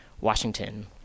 Washington